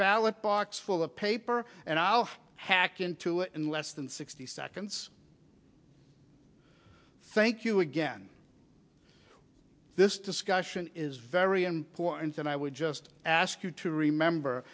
ballot box full of paper and i will have hacked into it in less than sixty seconds thank you again this discussion is very important and i would just ask you to remember